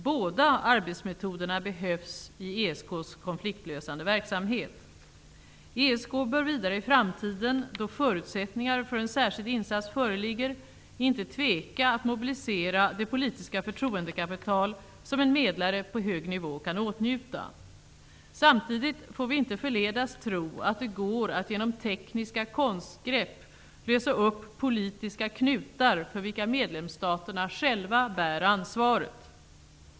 Båda arbetsmetoderna behövs i ESK:s konfliktlösande verksamhet. ESK bör vidare i framtiden, då förutsättningar för en särskild insats föreligger, inte tveka att mobilisera det politiska förtroendekapital som en medlare på hög nivå kan åtnjuta. Samtidigt får vi inte förledas att tro att det går att genom tekniska konstgrepp lösa upp politiska knutar för vilka medlemsstaterna själva bär ansvaret.